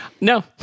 No